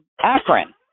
Akron